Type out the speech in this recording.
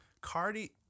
Cardi